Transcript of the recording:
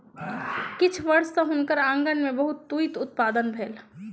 किछ वर्ष सॅ हुनकर आँगन में बहुत तूईत उत्पादन भेल